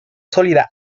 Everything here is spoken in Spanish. sólida